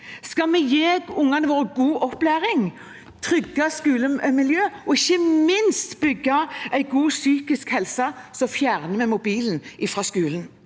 Skal vi gi ungene våre god opplæring, trygge skolemiljø og ikke minst bygge en god psykisk helse, så fjerner vi mobilen fra skolen.